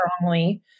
strongly